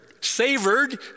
savored